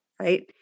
right